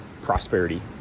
prosperity